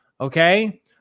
Okay